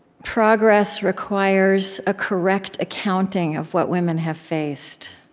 progress requires a correct accounting of what women have faced.